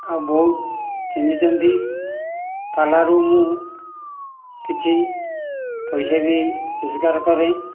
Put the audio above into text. ଆଉ ବହୁତ ଚିହ୍ନିଛନ୍ତି ପାଲାରୁ ମୁଁ କିଛି ପଇସା ବି ରୋଜଗାର କରେ